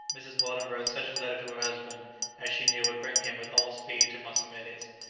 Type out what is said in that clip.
mrs. weldon wrote such a letter to her husband as she knew would bring him with all speed to mossamedes,